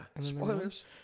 spoilers